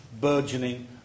burgeoning